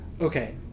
Okay